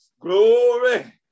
glory